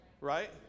Right